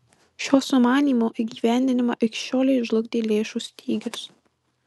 šio sumanymo įgyvendinimą iki šiolei žlugdė lėšų stygius